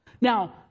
Now